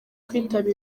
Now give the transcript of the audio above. kwitabira